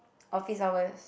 office hours